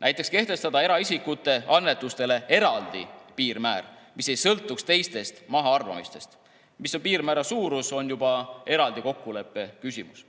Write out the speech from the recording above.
Näiteks võiks kehtestada eraisikute annetustele eraldi piirmäära, mis ei sõltuks teistest mahaarvamistest. Mis on piirmäära suurus, on juba eraldi kokkuleppe küsimus.